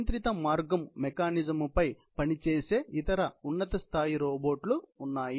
నియంత్రిత మార్గం మెకానిజం పై పనిచేసే ఇతర ఉన్నత స్థాయి రోబోట్లు ఉన్నాయి